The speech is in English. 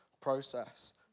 process